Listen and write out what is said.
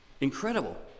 Incredible